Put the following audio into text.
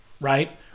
right